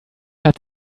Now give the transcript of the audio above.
hat